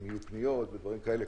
אם יהיו פניות ודברים כאלה,